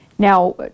Now